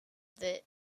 that